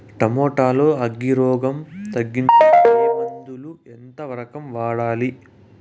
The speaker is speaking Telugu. టమోటా లో అగ్గి రోగం తగ్గించేకి ఏ మందులు? ఎంత? ఏ రకంగా వాడాలి?